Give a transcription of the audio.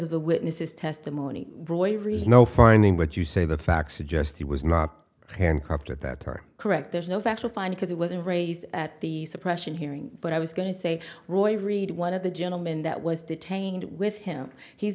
of the witnesses testimony roy reason no finding what you say the facts suggest he was not handcuffed at that time correct there's no factual find because it wasn't raised at the suppression hearing but i was going to say roy read one of the gentleman that was detained with him he's